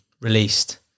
released